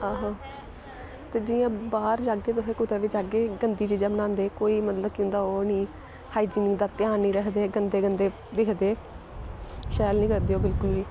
आहो ते जियां बाह्र जाह्गे तुसें कुतै बी जाह्गे गंदी चीजां बनांदे कोई मतलब केह् होंदा ओह् निं हाइजीनिक दा ध्यान निं रखदे गंदे गंदे दिखदे शैल निं करदे ओह् बिल्कुल बी